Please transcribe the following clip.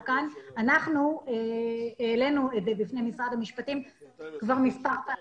אנחנו העלינו את זה בפני משרד המשפטים כבר מספר פעמים.